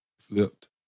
flipped